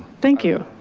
thank you.